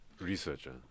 Researcher